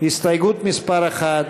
הסתייגות מס' 1,